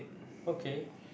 okay